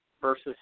versus